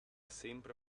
sempre